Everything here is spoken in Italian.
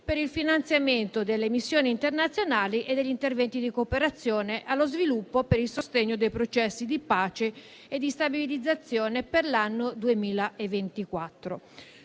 per il finanziamento delle missioni internazionali e degli interventi di cooperazione allo sviluppo per il sostegno dei processi di pace e di stabilizzazione per l'anno 2024.